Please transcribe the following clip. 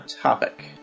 topic